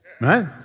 right